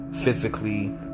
physically